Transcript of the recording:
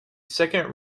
second